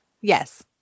Yes